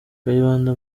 kayibanda